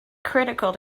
critical